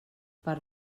per